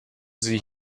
sie